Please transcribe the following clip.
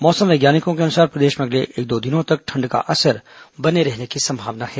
मौसम वैज्ञानिकों के अनुसार प्रदेश में अगले एक दो दिनों तक ठंड का असर बने रहने की संभावना है